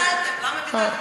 למה ביטלתם?